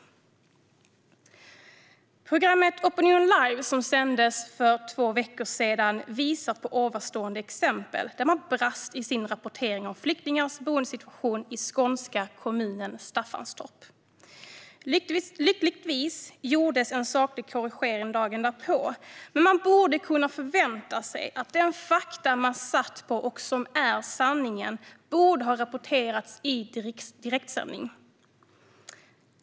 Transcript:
Ett avsnitt av programmet Opinion live som sändes för två veckor sedan visar på ett sådant exempel där redaktionen brast i sin rapportering om flyktingars boendesituation i den skånska kommunen Staffanstorp. Lyckligtvis gjordes en saklig korrigering dagen därpå, men man borde kunna förvänta sig att de fakta som redaktionen satt på och som är sanningen skulle ha rapporterats i direktsändningen.